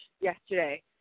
yesterday